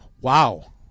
Wow